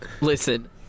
Listen